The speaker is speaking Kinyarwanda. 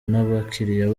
n’abakiriya